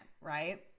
Right